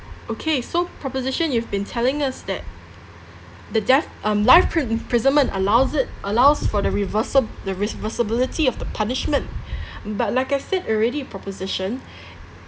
okay so proposition you've been telling us that the death um life pris~ imprisonment allows it allows for the reversal the reversibility of the punishment but like I said already proposition